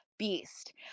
beast